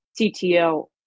CTO